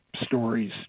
stories